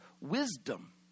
wisdom